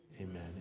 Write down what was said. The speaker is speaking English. Amen